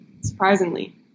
surprisingly